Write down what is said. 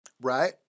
Right